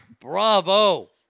Bravo